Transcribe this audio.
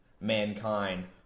mankind